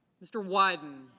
mr. wyden.